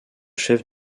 chef